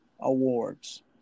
awards